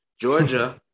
georgia